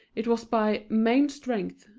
it was by main strength,